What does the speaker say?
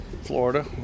Florida